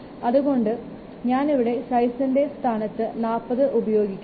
അതുകൊണ്ട് ഞാൻ ഇവിടെ സൈസിൻറെ സ്ഥാനത്ത് 40 ഉപയോഗിക്കണം